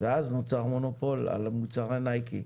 ואז נוצר מונופול על המוצר נייקי.